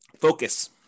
Focus